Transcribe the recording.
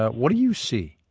what do you see?